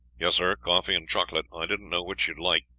yes, sir, coffee and chocolate. i didn't know which you would like.